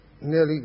nearly